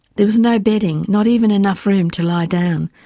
there was no bedding, not even enough room to lie down.